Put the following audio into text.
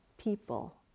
people